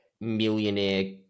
millionaire